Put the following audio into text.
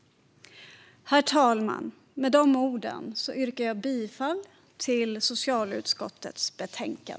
Herr talman! Med de orden yrkar jag bifall till socialutskottets förslag.